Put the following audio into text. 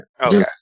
okay